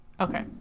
Okay